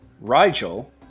Rigel